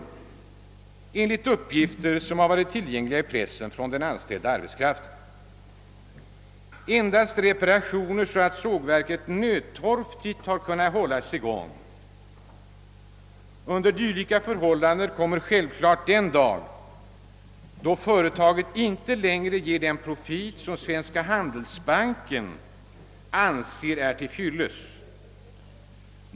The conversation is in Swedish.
Man har endast utfört reparationer som behövts för att sågverket nödtorftigt skulle kunna hållas i gång. Under dylika förhållanden kommer naturligtvis slutligen den dag då företaget inte längre ger den profit som Svenska handelsbanken anser till fyllest.